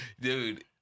Dude